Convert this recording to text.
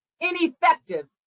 ineffective